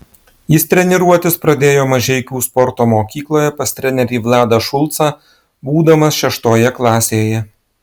jis treniruotis pradėjo mažeikių sporto mokykloje pas trenerį vladą šulcą būdamas šeštoje klasėje